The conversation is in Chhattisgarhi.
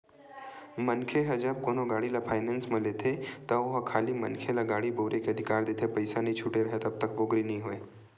मनखे ह जब कोनो गाड़ी ल फायनेंस म लेथे त ओहा खाली मनखे ल गाड़ी बउरे के अधिकार देथे पइसा नइ छूटे राहय तब तक पोगरी नइ होय